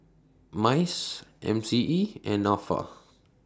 Mice M C E and Nafa